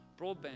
Broadband